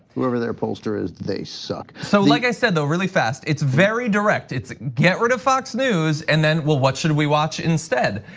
whoever their poster is they suck. so like i said, though really fast, it's very direct. it's get rid of fox news and then, well what should we watch instead?